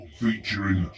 featuring